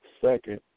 second